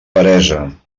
peresa